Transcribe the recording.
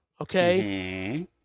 Okay